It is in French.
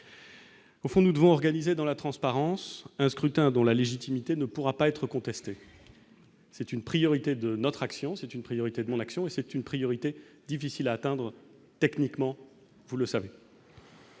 Au fond, nous devons organiser dans la transparence, un scrutin dont la légitimité ne pourra pas être contesté, c'est une priorité de notre action, c'est une priorité de l'action et c'est une priorité, difficiles à atteindre techniquement, vous le savez.